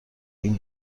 این